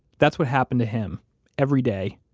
that's what happened to him every day.